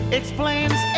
explains